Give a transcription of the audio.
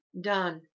done